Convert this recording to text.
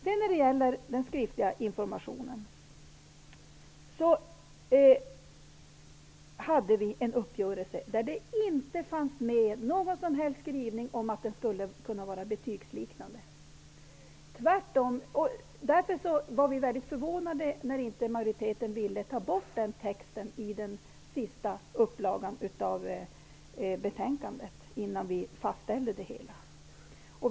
I uppgörelsen om den skriftliga infomationen fanns det inte något som helst om att den informationen skulle kunna vara betygsliknande, tvärtom. Därför var vi väldigt förvånade när majoriteten inte ville ta bort den delen av texten i den sista upplagan av betänkandet, innan vi fastställde det hela.